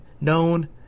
known